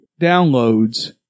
downloads